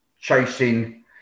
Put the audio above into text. chasing